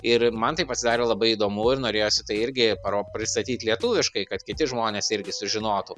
ir man tai pasidarė labai įdomu ir norėjosi tai irgi paro pristatyt lietuviškai kad kiti žmonės irgi sužinotų